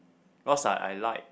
cause ah I like